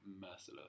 merciless